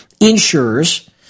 insurers